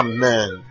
Amen